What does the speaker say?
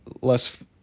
less